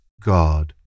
God